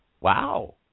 wow